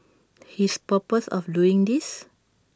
his purpose of doing this